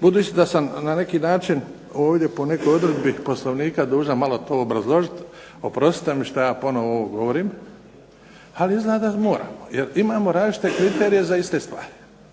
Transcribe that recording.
Budući da sam na neki način ovdje po nekoj odredbi Poslovnika dužan malo to obrazložiti, oprostite mi što ja ponovo ovo govorim, ali izgleda da moramo, jer imamo različite kriterije za iste stvari.